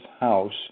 house